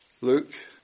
Luke